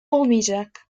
olmayacak